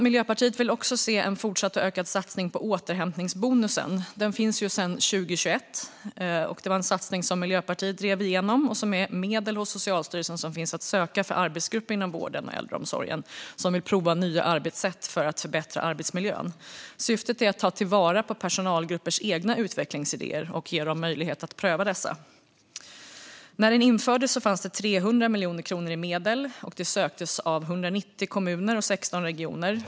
Miljöpartiet vill också se en fortsatt och ökad satsning på återhämtningsbonusen, som finns sedan 2021 och som Miljöpartiet drivit igenom. Det är medel hos Socialstyrelsen som finns att söka för arbetsgrupper inom vården och äldreomsorgen som vill prova nya arbetssätt för att förbättra arbetsmiljön. Syftet är att ta till vara personalgruppers egna utvecklingsidéer och ge dem möjlighet att pröva dessa. När återhämtningsbonusen infördes fanns det 300 miljoner kronor i medel, som söktes av 190 kommuner och 16 regioner.